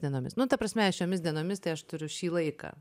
dienomis nu ta prasme šiomis dienomis tai aš turiu šį laiką